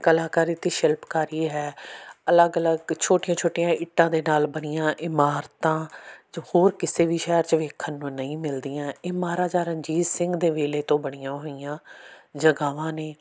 ਕਲਾਕਾਰੀ ਅਤੇ ਸ਼ਿਲਪਕਾਰੀ ਹੈ ਅਲੱਗ ਅਲੱਗ ਛੋਟੀਆਂ ਛੋਟੀਆਂ ਇੱਟਾਂ ਦੇ ਨਾਲ ਬਣੀਆਂ ਇਮਾਰਤਾਂ ਜੋ ਹੋਰ ਕਿਸੇ ਵੀ ਸ਼ਹਿਰ 'ਚ ਵੇਖਣ ਨੂੰ ਨਹੀਂ ਮਿਲਦੀਆਂ ਇਹ ਮਹਾਰਾਜਾ ਰਣਜੀਤ ਸਿੰਘ ਦੇ ਵੇਲੇ ਤੋਂ ਬਣੀਆਂ ਹੋਈਆਂ ਜਗ੍ਹਾਵਾਂ ਨੇ